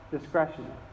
discretion